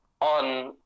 on